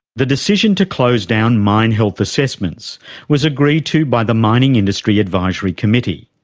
the decision to close down mine health assessments was agreed to by the mining industry advisory committee,